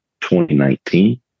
2019